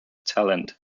talent